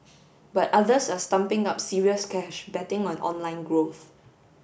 but others are stumping up serious cash betting on online growth